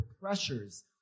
pressures